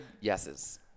yeses